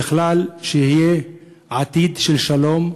ובכלל שיהיה עתיד של שלום,